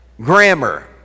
Grammar